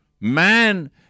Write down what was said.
Man